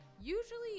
usually